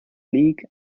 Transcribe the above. league